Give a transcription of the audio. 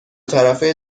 طرفه